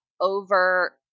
over